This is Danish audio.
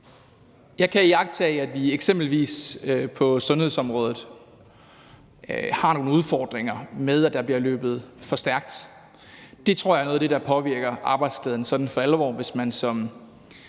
Jeg kan iagttage, at vi eksempelvis på sundhedsområdet har nogle udfordringer med, at der bliver løbet for stærkt. Jeg tror, at noget af det, der påvirker arbejdsglæden sådan for alvor, er, hvis man som